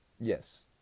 yes